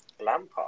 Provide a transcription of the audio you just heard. Lampard